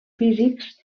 físics